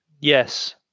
Yes